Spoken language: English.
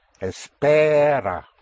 Espera